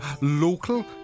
local